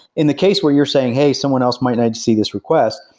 in the case where you're saying, hey someone else might need to see this request.